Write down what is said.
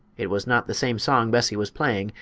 it was not the same song bessie was playing,